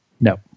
No